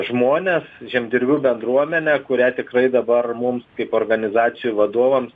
žmonės žemdirbių bendruomenė kurią tikrai dabar mums kaip organizacijų vadovams